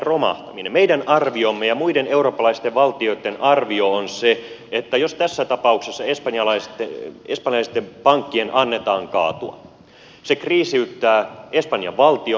meidän arviomme ja muiden eurooppalaisten valtioitten arvio on se että jos tässä tapauksessa espanjalaisten pankkien annetaan kaatua se kriisiyttää espanjan valtion